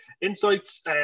insights